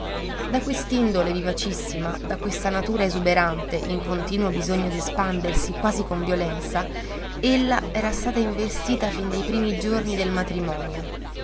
a tutti da quest'indole vivacissima da questa natura esuberante in continuo bisogno d'espandersi quasi con violenza ella era stata investita fin dai primi giorni del matrimonio